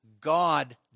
God